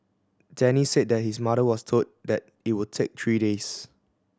Denny said that his mother was told that it would take three days